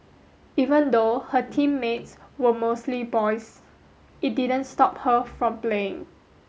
even though her teammates were mostly boys it didn't stop her from playing